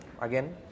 again